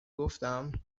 گفتم